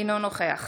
אינו נוכח